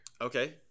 okay